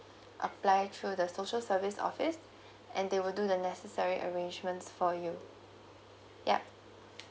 apply through the social service office and they will do the necessary arrangements for you yup